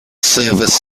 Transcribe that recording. service